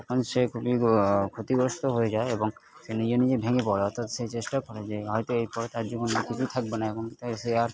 তখন সে খুবই ক্ষতিগ্রস্ত হয়ে যায় এবং সে নিজে নিজে ভেঙ্গে পড়ে অর্থাৎ সে চেষ্টা করে যে হয়তো এরপরে তার জীবনে কিছুই থাকবে না এমনকি তাই সে আর